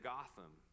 Gotham